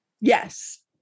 Yes